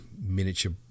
miniature